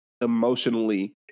emotionally